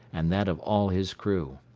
and that of all his crew.